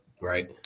Right